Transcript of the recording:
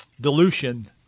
dilution